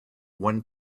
one